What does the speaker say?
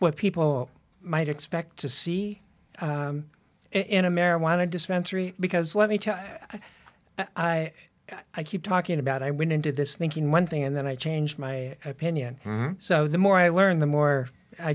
what people might expect to see in a marijuana dispensary because let me tell you i i keep talking about i went into this thinking one thing and then i changed my opinion so the more i learn the more i